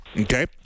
Okay